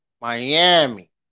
Miami